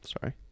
sorry